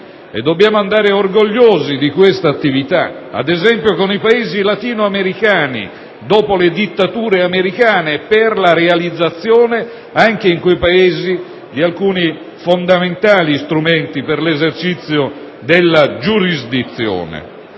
Dobbiamo andare orgogliosi di questa attività, compiuta, ad esempio, nei Paesi latinoamericani, dopo le dittature, per la realizzazione anche in quei Paesi di alcuni fondamentali strumenti per l'esercizio della giurisdizione.